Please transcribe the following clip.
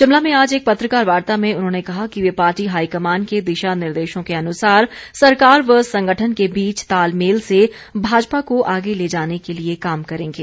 शिमला में आज एक पत्रकार वार्ता में उन्होंने कहा कि वे पार्टी हाईकमान के दिशा निर्देशों के अनुसार सरकार व संगठन के बीच तालमेल से भाजपा को आगे ले जाने के लिए काम करेंगे